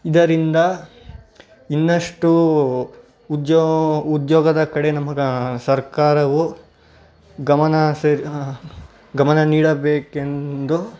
ಇದರಿಂದ ಇನ್ನಷ್ಟು ಉಜ್ಜೋ ಉದ್ಯೋಗದ ಕಡೆ ನಮಗೆ ಸರ್ಕಾರವು ಗಮನ ಹಸಿರ್ ಗಮನ ನೀಡಬೇಕೆಂದು